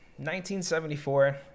1974